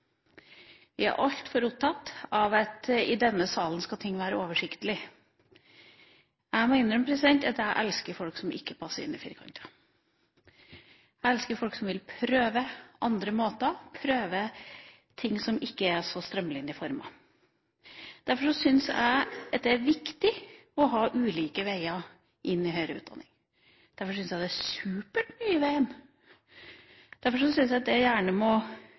Vi er altfor opptatt av at i denne salen skal ting være oversiktlige. Jeg må innrømme at jeg elsker folk som ikke passer inn i firkanter. Jeg elsker folk som vil prøve andre måter, prøve ting som ikke er så strømlinjeformede. Derfor syns jeg det er viktig å ha ulike veier inn i høyere utdanning. Derfor syns jeg det er supert med Y-veien. Derfor syns jeg at den gjerne må